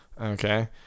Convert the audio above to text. Okay